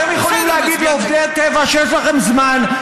אתם יכולים להגיד לעובדי טבע שיש לכם זמן.